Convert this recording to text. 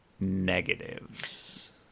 negatives